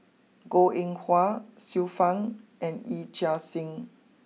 Goh Eng Wah Xiu Fang and Yee Chia Hsing